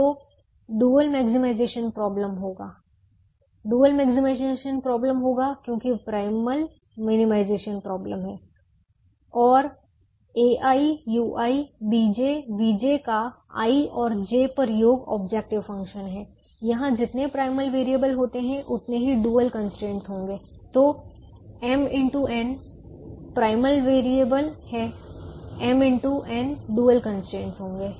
तो dual maximisation problem होगा क्योंकि प्राइमल मिनिमाइजेशन प्रॉब्लम है और और ai ui bj vj का i और j पर योग ऑब्जेक्टिव फंक्शन है यहां जितने प्राइमल वेरिएबल होते हैं उतने ही डुअल कंस्ट्रेंट्स होंगे तो m x n primal variable हैं m x n dual constraints होंगे